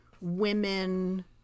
women